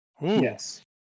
Yes